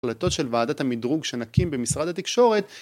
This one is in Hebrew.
קולטות של ועדת המדרוג שנקים במשרד התקשורת